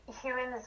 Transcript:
humans